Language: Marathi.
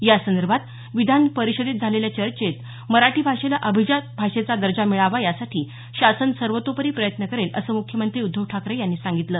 यासंदर्भात विधान परिषदेत झालेल्या चर्चेत मराठी भाषेला अभिजात भाषेचा दर्जा मिळावा यासाठी शासन सर्वतोपरी प्रयत्न करेल असं मुख्यमंत्री उद्धव ठाकरे यांनी सांगितलं